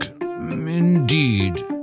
indeed